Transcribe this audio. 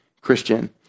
Christian